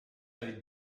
invite